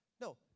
No